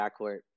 backcourt